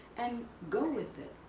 and go with it.